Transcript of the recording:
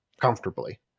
comfortably